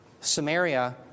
Samaria